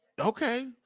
Okay